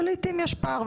ולעתים יש פער,